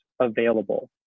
available